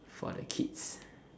for the kids